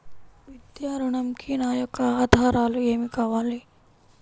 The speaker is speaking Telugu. విద్యా ఋణంకి నా యొక్క ఆధారాలు ఏమి కావాలి?